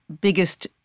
biggest